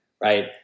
right